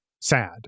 sad